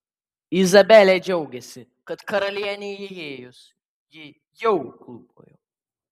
izabelė džiaugėsi kad karalienei įėjus ji jau klūpojo